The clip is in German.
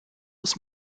muss